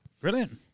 brilliant